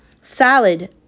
salad